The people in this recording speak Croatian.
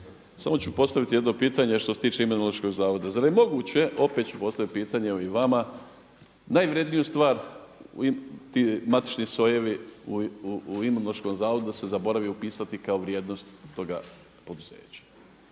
samo ću postaviti jedno pitanje što se tiče Imunološkog zavoda. Zar je moguće opet ću postaviti pitanje evo i vama, najvrijedniju stvar ti matični sojevi u Imunološkom zavodu se zaboravi upisati kao vrijednost toga poduzeća?